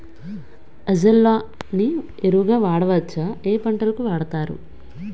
Azolla ని ఎరువు గా వాడొచ్చా? ఏ పంటలకు వాడతారు?